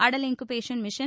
Atal incubation mission